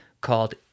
called